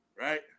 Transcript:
Right